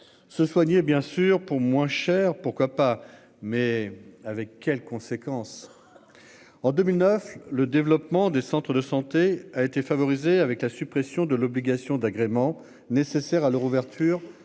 Se soigner bien sûr pour moins cher. Pourquoi pas. Mais avec quelles conséquences. En 2009, le développement des centres de santé a été favorisée avec la suppression de l'obligation d'agréments nécessaires à leur ouverture